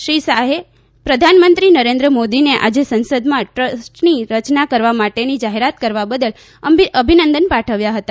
શ્રી શાહે પ્રધાનમંત્રી નરેન્દ્ર મોદીને આજે સંસદમાં ટ્રસ્ટની રચના કરવા માટેની જાહેરાત કરવા બદલ અભિનંદન પાઠવ્યા હતા